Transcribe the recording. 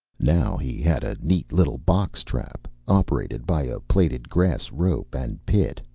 now he had a neat little box trap, operated by a plaited grass rope and pit,